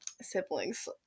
siblings